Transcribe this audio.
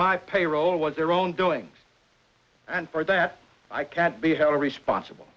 my payroll was their own doing and for that i can't be held responsible